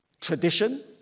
tradition